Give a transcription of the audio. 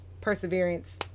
perseverance